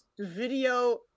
video